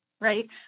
right